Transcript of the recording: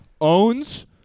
Owns